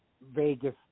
Vegas